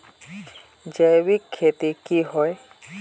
जैविक खेती की होय?